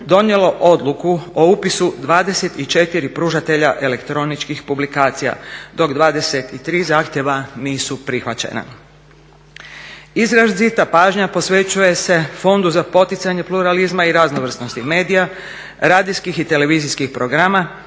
donijelo odluku o upisu 24 pružatelja elektroničkih publikacija, dok 23 zahtjeva nisu prihvaćena. Izrazita pažnja posvećuje se fondu za poticanje pluralizma i raznovrsnosti medija, radijskih i televizijskih programa